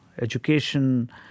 education